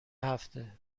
هفته